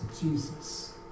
Jesus